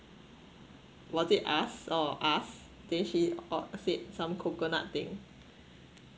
was it us or us then she oh said some coconut thing